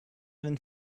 even